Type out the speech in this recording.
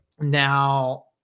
Now